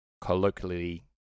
colloquially